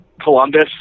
Columbus